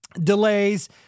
delays